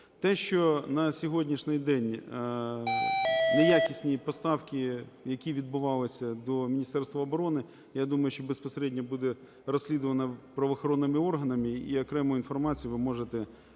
Те, що на сьогоднішній день неякісні поставки, які відбувалися до Міністерства оборони, я думаю, що безпосередньо буде розслідувано правоохоронними органами і окрему інформацію ви можете як у